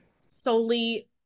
solely